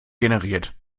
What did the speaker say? generiert